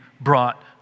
brought